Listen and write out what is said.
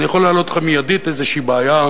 אני יכול להעלות לך מייד איזו בעיה,